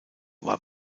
war